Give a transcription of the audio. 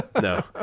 no